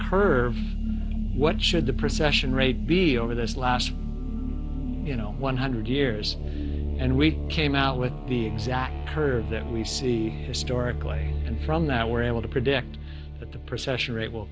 curve what should the procession rate be over this last you know one hundred years and we came out with the exact curve that we see historically and from that we're able to predict that the procession rate will